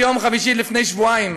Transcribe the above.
ביום חמישי לפני שבועיים,